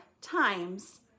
times